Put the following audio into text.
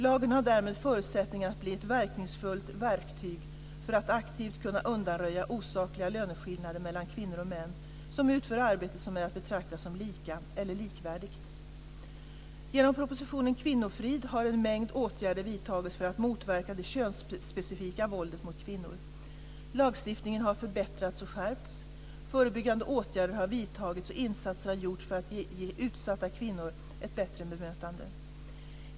Lagen har därmed förutsättningar att bli ett verkningsfullt verktyg för att aktivt kunna undanröja osakliga löneskillnader mellan kvinnor och män som utför arbete som är att betrakta som lika eller likvärdigt. har en mängd åtgärder vidtagits för att motverka det könsspecifika våldet mot kvinnor. Lagstiftningen har förbättrats och skärpts, förebyggande åtgärder har vidtagits och insatser har gjorts för att ge utsatta kvinnor ett bättre bemötande.